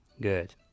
Good